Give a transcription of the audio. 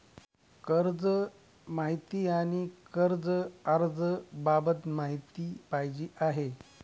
कर्ज माहिती आणि कर्ज अर्ज बाबत माहिती पाहिजे आहे